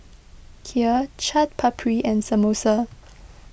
Kheer Chaat Papri and Samosa